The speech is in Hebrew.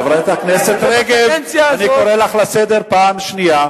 חברת הכנסת רגב, אני קורא אותך לסדר פעם שנייה.